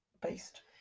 based